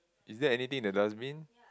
is there anything in the dustbin